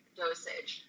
dosage